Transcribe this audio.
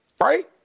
Right